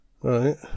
Right